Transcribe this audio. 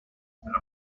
stuff